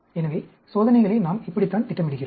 எனவே சோதனைகளை நாம் இப்படித்தான் திட்டமிடுகிறோம்